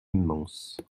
immense